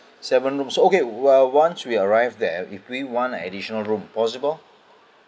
seven room so okay once once we arrive there if we want additional room possible